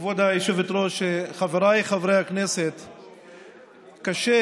כבוד היושבת-ראש, חבריי חברי הכנסת, קשה,